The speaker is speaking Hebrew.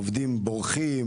העובדים בורחים,